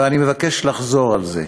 ואני מבקש לחזור על זה: